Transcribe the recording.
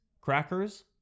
crackers